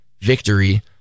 victory